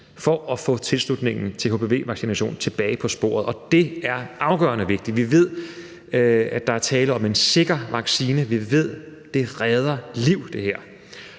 for at få tilslutningen til hpv-vaccination tilbage på sporet, og det er afgørende vigtigt. Vi ved, at der er tale om en sikker vaccine. Vi ved, at det her redder liv. For den